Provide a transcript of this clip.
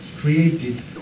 created